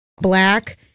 black